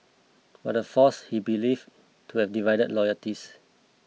but the force he believe to have divided loyalties